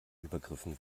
übergriffen